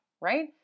right